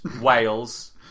Wales